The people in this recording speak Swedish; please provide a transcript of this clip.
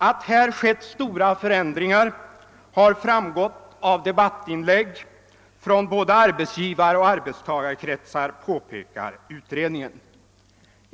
Att det har skett stora förändringar har framgått av debattinlägg från både arbetsgivaroch arbetstagarkretsar, påpekar utredningen.